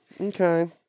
Okay